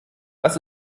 was